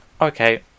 okay